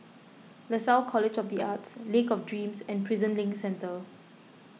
Lasalle College of the Arts Lake of Dreams and Prison Link Centre